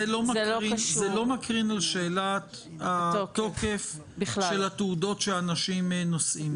זה לא מקרין על שאלת התוקף של התעודות שאנשים נושאים.